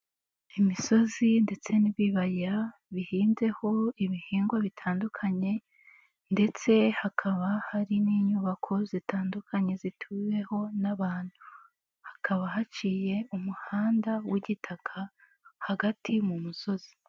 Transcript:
Imisozi ndetse n'ibibaya bihinzeho ibihingwa bitandukanye ndetse hakaba hari n'inyubako zitandukanye zituweho n'abantu, hakaba haciye umuhanda w'igitaka hagati mu musozi.